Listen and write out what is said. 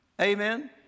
Amen